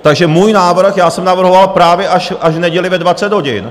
Takže můj návrh, já jsem navrhoval právě až v neděli ve 20 hodin.